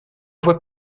voie